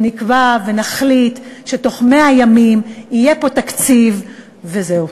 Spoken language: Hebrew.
נקבע ונחליט שבתוך 100 ימים יהיה פה תקציב וזהו.